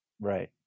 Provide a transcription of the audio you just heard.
Right